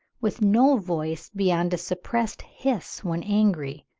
with no voice beyond a suppressed hiss when angry,